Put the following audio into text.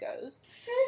goes